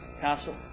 castle